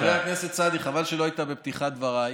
חבר הכנסת סעדי, חבל שלא היית בפתיחת דבריי,